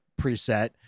preset